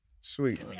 sweet